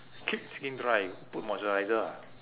keep skin dry put moisturiser ah